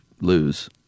lose